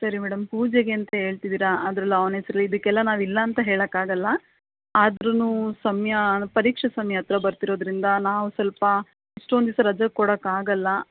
ಸರಿ ಮೇಡಮ್ ಪೂಜೆಗೆ ಅಂತ ಹೇಳ್ತಿದ್ದಿರ ಅದ್ರಲ್ಲಿ ಅವ್ನು ಹೆಸ್ರು ಇದಕ್ಕೆಲ್ಲ ನಾವು ಇಲ್ಲ ಅಂತ ಹೇಳೋಕಾಗಲ್ಲ ಆದರುನೂ ಸಮಯಾ ಪರೀಕ್ಷೆ ಸಮಯಾ ಹತ್ರ ಬರ್ತೀರೋದರಿಂದ ನಾವು ಸ್ವಲ್ಪ ಇಷ್ಟೊಂದು ದಿವ್ಸ ರಜ ಕೊಡೋಕಾಗಲ್ಲ